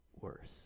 worse